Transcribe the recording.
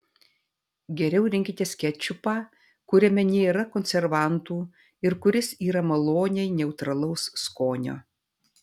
geriau rinkitės kečupą kuriame nėra konservantų ir kuris yra maloniai neutralaus skonio